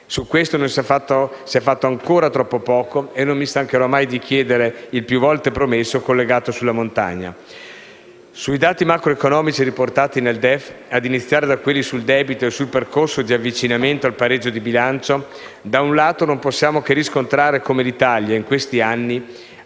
Su questo ancora troppo poco è stato fatto e non mi stancherò mai di chiedere il più volte promesso collegato sulla montagna. Sui dati macroeconomici riportati nel DEF, ad iniziare da quelli sul debito e sul percorso di avvicinamento al pareggio di bilancio, da un lato non possiamo che riscontrare come l'Italia, in questi anni,